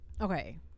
Okay